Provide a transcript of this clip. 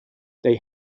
they